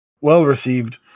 well-received